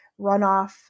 runoff